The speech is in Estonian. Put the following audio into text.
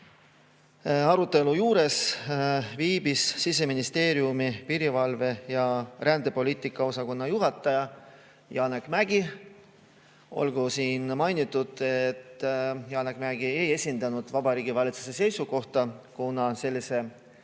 Arutelu juures viibis Siseministeeriumi piirivalve- ja rändepoliitika osakonna juhataja Janek Mägi. Olgu siin mainitud, et Janek Mägi ei esindanud Vabariigi Valitsuse seisukohta, kuna sellise